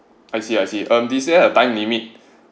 I see I see um is there a time limit